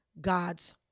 God's